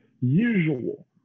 usual